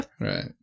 Right